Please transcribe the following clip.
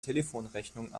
telefonrechnung